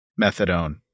methadone